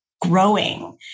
growing